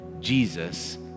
Jesus